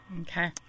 Okay